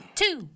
two